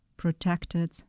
protected